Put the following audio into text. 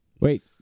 Wait